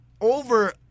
Over